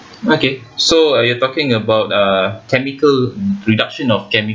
okay so you're talking about uh chemical reduction of chemic~